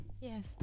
Yes